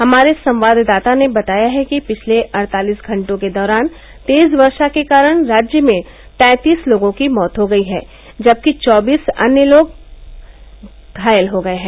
हमारे संवाददाता ने बताया है कि पिछले अड़तालिस घंटों के दौरान तेज वर्षा के कारण राज्य में तैंतीस लोगों की मौत हो गई है जबकि चौबीस अन्य लोग घायल हो गये हैं